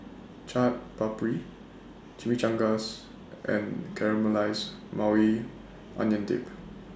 Chaat Papri Chimichangas and Caramelized Maui Onion Dip